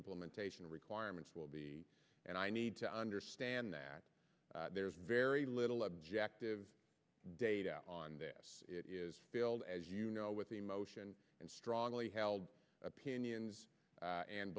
implementation requirements will be and i need to understand that there's very little objective data on this build as you know with emotion and strongly held opinions a